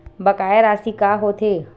बकाया राशि का होथे?